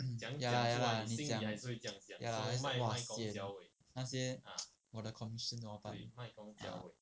mm ya lah ya lah ya lah sian 那些 我的 commission hor but